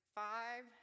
five